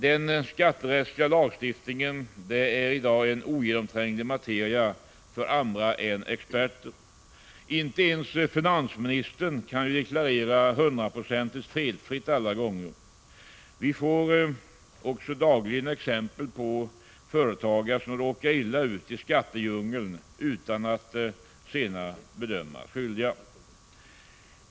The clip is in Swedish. Den skatterättsliga lagstiftningen är i dag en ogenomtränglig materia för andra än experter. Inte ens finansministern kan deklarera 100-procentigt felfritt alla gånger. Vi får dagligen exempel på företagare som råkar illa ut i skattedjungeln utan att senare bedömas vara skyldiga.